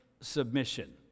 submission